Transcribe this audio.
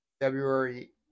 February